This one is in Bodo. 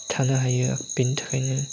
थानो हायो बेनि थाखायनो